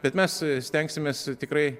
bet mes stengsimės tikrai